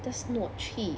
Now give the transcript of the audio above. that's not cheap